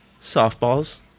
Softballs